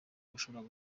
bashobora